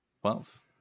Twelve